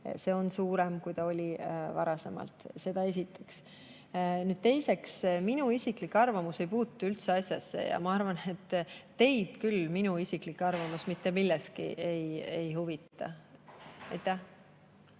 on suurem, kui ta oli varasemalt. Seda esiteks. Teiseks, minu isiklik arvamus ei puutu üldse asjasse ja ma arvan, et teid küll minu isiklik arvamus mitte millegi kohta ei huvita.